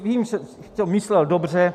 Vím, že to myslel dobře.